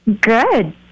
Good